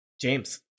James